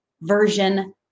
version